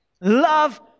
Love